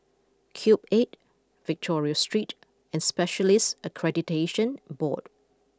Cube Eight Victoria Street and Specialists Accreditation Board